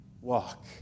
walk